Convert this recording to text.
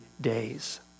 days